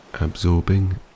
absorbing